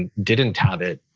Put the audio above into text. and didn't have it.